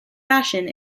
fashion